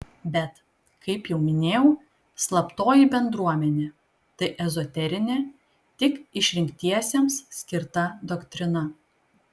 bet kaip jau minėjau slaptoji bendruomenė tai ezoterinė tik išrinktiesiems skirta doktrina